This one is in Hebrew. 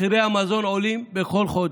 מחירי המזון עולים בכל חודש,